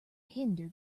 hinder